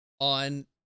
on